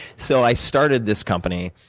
so i started this company.